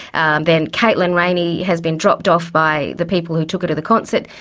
and then caitlin rayney has been dropped off by the people who took her to the concert,